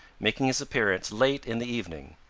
making his appearance late in the evening.